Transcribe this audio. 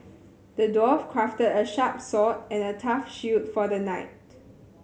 the dwarf crafted a sharp sword and a tough shield for the knight